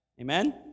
Amen